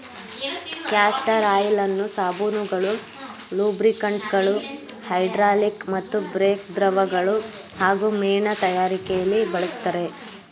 castor ಆಯಿಲನ್ನು ಸಾಬೂನುಗಳು ಲೂಬ್ರಿಕಂಟ್ಗಳು ಹೈಡ್ರಾಲಿಕ್ ಮತ್ತು ಬ್ರೇಕ್ ದ್ರವಗಳು ಹಾಗೂ ಮೇಣ ತಯಾರಿಕೆಲಿ ಬಳಸ್ತರೆ